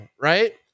right